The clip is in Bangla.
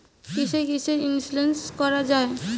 কিসের কিসের ইন্সুরেন্স করা যায়?